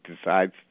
decides